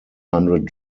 hundred